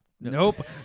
Nope